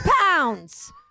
pounds